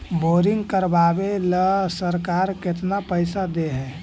Boring करबाबे ल सरकार केतना पैसा दे है?